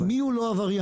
מי הוא לא עבריין?